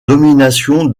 domination